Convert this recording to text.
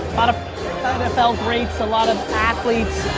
lot of nfl greats, a lot of athletes.